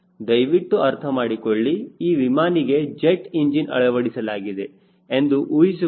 ದಯವಿಟ್ಟು ಅರ್ಥ ಮಾಡಿಕೊಳ್ಳಿ ಈ ವಿಮಾನಿಗೆ ಜೆಟ್ ಇಂಜಿನ್ ಅಳವಡಿಸಲಾಗಿದೆ ಎಂದು ಊಹಿಸಿಕೊಂಡರೆ